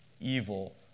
evil